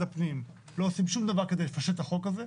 הפנים לא עושים שום דבר כדי לתקן את החוק הזה.